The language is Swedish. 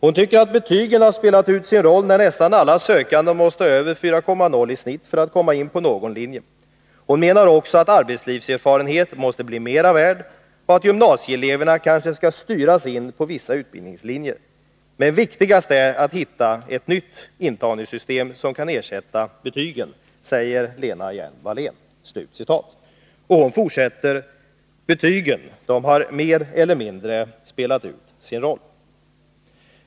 Hon tycker att betygen har spelat ut sin roll när nästan alla sökande måste ha över 4,0 i snitt för att komma in på någon linje. Hon menar också att arbetslivserfarenhet måste bli mera värd och att gymnasieeleverna kanske ska styras in på vissa utbildningslinjer. Men viktigast är att hitta ett nytt intagningssystem som kan ersätta betygen, säger Lena Hjelm-Wallén.” Hon fortsätter: Betygen har mer eller mindre spelat ut sin roll.